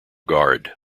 guard